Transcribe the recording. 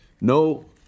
No